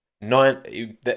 nine